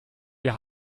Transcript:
wir